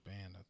Band